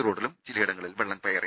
റ്റോഡിലും ചില യിടങ്ങളിൽ വെള്ളം കയറി